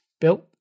built